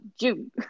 June